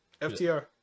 ftr